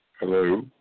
Hello